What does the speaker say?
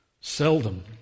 Seldom